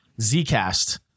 Zcast